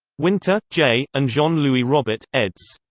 winter, jay, and jean-louis robert, eds.